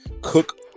cook